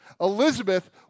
Elizabeth